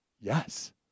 Yes